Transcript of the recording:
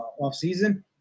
offseason